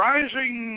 Rising